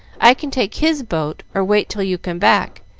i can take his boat, or wait till you come back.